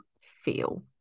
feel